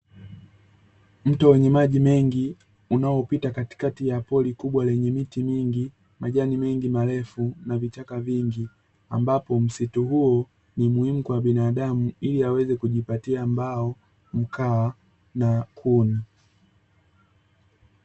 Mto wenye maji mengi unaopita katikati ya pori kubwa lenye miti mingi, majani mengi marefu na vichaka vingi; ambapo msitu huo ni muhimu kwa binadamu ili aweze kujipatia mbao, mkaa na kuni.